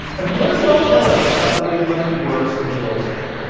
and what does it all tell us about the way money works in the world today?